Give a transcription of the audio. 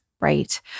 right